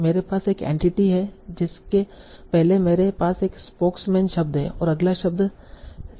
मेरे पास एक एंटिटी है जिसके पहले मेरे पास एक स्पोक्समैन शब्द है और अगला शब्द सेड है